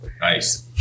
Nice